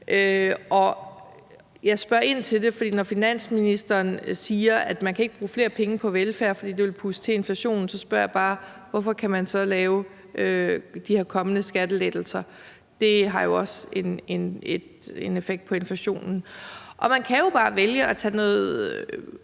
kr. Jeg spørger ind til det, fordi finansministeren siger, at man ikke kan bruge flere penge på velfærd, fordi det vil puste til inflationen. Så spørger jeg bare, hvorfor man så kan lave de her kommende skattelettelser. Det har jo også en effekt på inflationen. Man kan jo bare vælge at tage noget